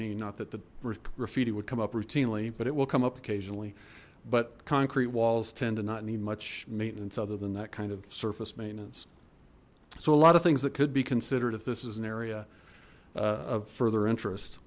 mean not that the rafidhi would come up routinely but it will come up occasionally but concrete walls tend to not need much maintenance other than that kind of surface maintenance so a lot of things that could be considered if this is an area of further interest